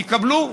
יקבלו,